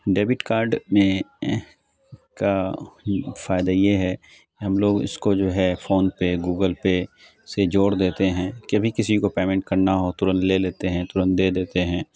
debit card میں کا فائدہ یہ ہے ہم لوگ اس کو جو ہے فونپے گوگل پے سے جوڑ دیتے ہیں کبھی کسی کو پیمنٹ کرنا ہو ترنت لے لیتے ہیں ترنت دے دیتے ہیں